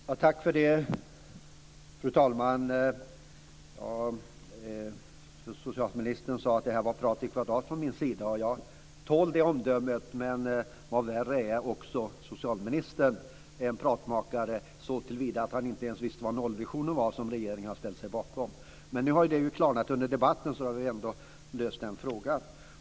Fru talman! Tack för det! Socialministern sade att det var prat i kvadrat från min sida, och jag tål det omdömet. Men värre är att också socialministern är en pratmakare, såtillvida att han inte ens vet vad nollvisionen är som regeringen har ställt sig bakom. Men nu har detta klarnat under debatten, så nu har vi ändå löst den frågan.